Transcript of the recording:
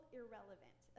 irrelevant